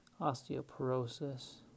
osteoporosis